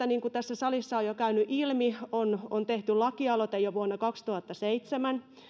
niin kuin tässä salissa on jo käynyt ilmi tästä aiheesta on tehty lakialoite jo vuonna kaksituhattaseitsemän